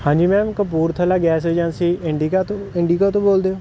ਹਾਂਜੀ ma'am Kapurthala gas agency Indica ਤੋਂ Indica ਤੋਂ ਬੋਲਦੇ ਹੋ